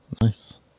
Nice